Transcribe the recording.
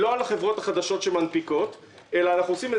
לא על החברות החדשות שמנפיקות אלא אנחנו עושים את